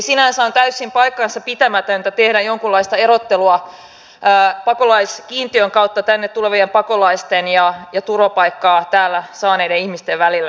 sinänsä on täysin paikkansapitämätöntä tehdä jonkunlaista erottelua pakolaiskiintiön kautta tänne tulevien pakolaisten ja turvapaikan täällä saaneiden ihmisten välillä